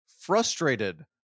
frustrated